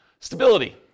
Stability